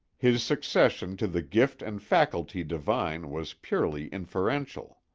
his succession to the gift and faculty divine was purely inferential.